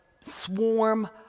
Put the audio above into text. swarm